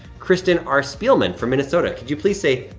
kristen r. spielman from minnesota, could you please say,